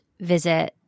visit